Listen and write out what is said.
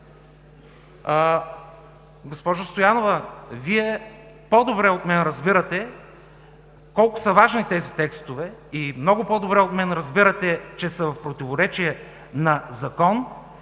Госпожо Стоянова, Вие по-добре от мен разбирате колко са важни тези текстове. Много по-добре от мен разбирате, че са в противоречие със закон.